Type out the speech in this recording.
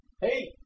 Hey